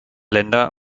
länder